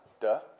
duh